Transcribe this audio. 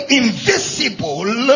invisible